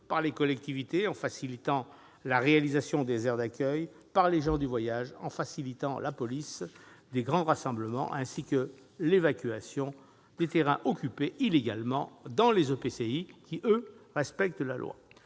par les collectivités, en facilitant la réalisation des aires d'accueil ; par les gens du voyage, en facilitant la police des grands rassemblements ainsi que l'évacuation des terrains occupés illégalement dans les EPCI qui, eux, respectent la loi.